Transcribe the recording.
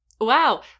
wow